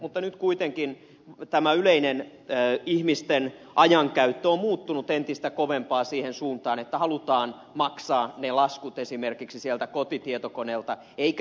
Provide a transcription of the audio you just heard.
mutta nyt kuitenkin tämä yleinen ihmisten ajankäyttö on muuttunut entistä kovempaa siihen suuntaan että halutaan maksaa ne laskut esimerkiksi sieltä kotitietokoneelta eikä ed